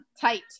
tight